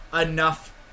enough